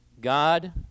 God